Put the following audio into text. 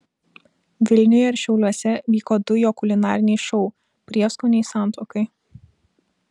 vilniuje ir šiauliuose vyko du jo kulinariniai šou prieskoniai santuokai